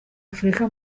afurika